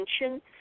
attention